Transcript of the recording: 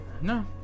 No